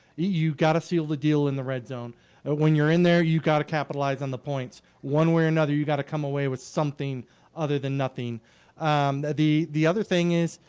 you got to seal the deal in the red zone when you're in there you got to capitalize on the points one way or another you got to come away with something other than nothing um the the the other thing is,